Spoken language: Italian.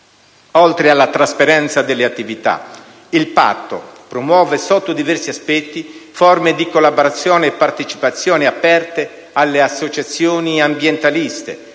Oltre alla trasparenza delle attività, il patto promuove, sotto diversi aspetti, forme di collaborazione e partecipazione aperte delle associazioni ambientaliste,